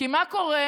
כי מה קורה,